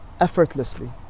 effortlessly